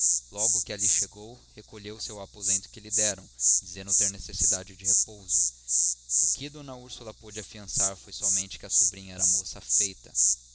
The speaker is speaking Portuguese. logo que ali chegou recolheu-se ao aposento que lhe deram dizendo ter necessidade de repouso o que d úrsula pôde afiançar foi somente que a sobrinha era moça feita